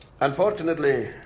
Unfortunately